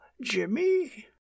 Jimmy